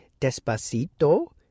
despacito